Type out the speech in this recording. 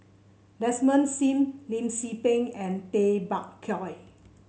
Desmond Sim Lim Tze Peng and Tay Bak Koi